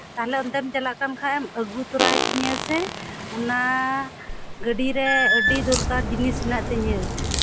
ᱛᱟᱦᱚᱞᱮ ᱚᱱᱛᱮᱢ ᱪᱟᱞᱟᱜ ᱠᱟᱱ ᱠᱷᱟᱱ ᱮᱢ ᱟᱹᱜᱩ ᱛᱚᱨᱟᱭ ᱛᱤᱧᱟᱹ ᱥᱮ ᱚᱱᱟ ᱜᱟᱹᱰᱤᱨᱮ ᱟᱹᱰᱤ ᱫᱚᱨᱠᱟᱨ ᱡᱤᱱᱤᱥ ᱦᱮᱱᱟᱜ ᱛᱤᱧᱟᱹ